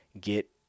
get